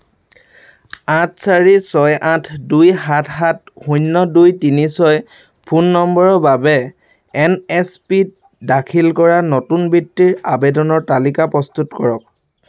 আঠ চাৰি ছয় আঠ দুই সাত সাত শূণ্য দুই তিনি ছয় ফোন নম্বৰৰ বাবে এন এছ পিত দাখিল কৰা নতুন বৃত্তিৰ আবেদনৰ তালিকা প্ৰস্তুত কৰক